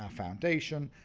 ah foundation,